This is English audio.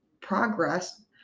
progress